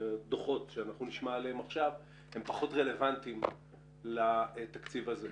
שנסקור עכשיו הם פחות רלוונטיים לתקציב הזה.